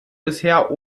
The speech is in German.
bisher